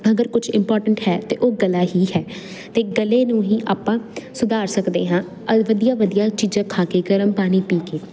ਅਗਰ ਕੁਛ ਇੰਪੋਰਟੈਂਟ ਹੈ ਤਾਂ ਉਹ ਗਲਾਂ ਹੀ ਹੈ ਅਤੇ ਗਲੇ ਨੂੰ ਹੀ ਆਪਾਂ ਸੁਧਾਰ ਸਕਦੇ ਹਾਂ ਅਲ ਵਧੀਆ ਵਧੀਆ ਚੀਜ਼ਾਂ ਖਾ ਕੇ ਗਰਮ ਪਾਣੀ ਪੀ ਕੇ